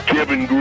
Kevin